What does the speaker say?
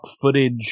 footage